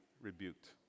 rebuked